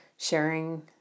Sharing